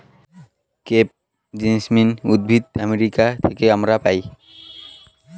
crepe jasmine উদ্ভিদ America থেকে আমরা পাই